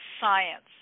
science